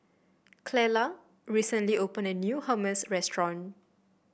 Clella recently opened a new Hummus restaurant